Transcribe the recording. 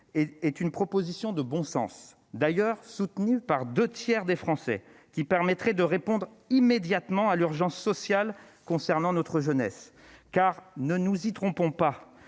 est une proposition de bon sens, d'ailleurs soutenue par deux tiers des Français, qui permettrait de répondre immédiatement à l'urgence sociale concernant notre jeunesse. Ne nous y trompons pas,